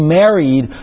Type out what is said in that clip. married